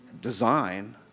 design